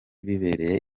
bibereye